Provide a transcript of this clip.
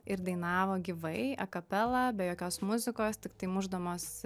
ir dainavo gyvai akapela be jokios muzikos tiktai mušdamos